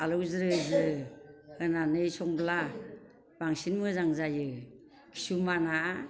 आलौ ज्रो ज्रो होनानै संब्ला बांसिन मोजां जायो किसुमाना